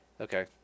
Okay